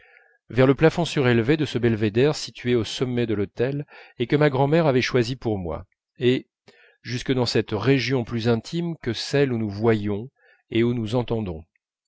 vers le plafond surélevé de ce belvédère situé au sommet de l'hôtel et que ma grand'mère avait choisi pour moi et jusque dans cette région plus intime que celle où nous voyons et où nous entendons